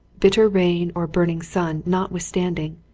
bitter rain or burn ing sun notwithstanding,